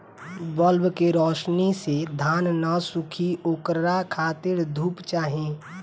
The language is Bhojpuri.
बल्ब के रौशनी से धान न सुखी ओकरा खातिर धूप चाही